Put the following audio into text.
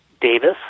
Davis